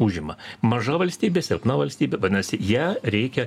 užima maža valstybė silpna valstybė vadinasi ją reikia